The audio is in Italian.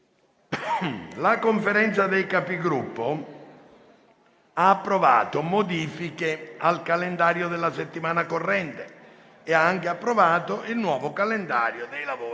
La Conferenza dei Capigruppo ha approvato modifiche al calendario della settimana corrente e il nuovo calendario dei lavori